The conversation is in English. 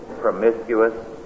promiscuous